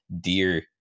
Dear